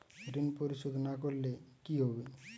ঋণ পরিশোধ না করলে কি হবে?